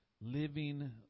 living